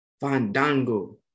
Fandango